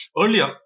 earlier